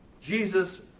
Jesus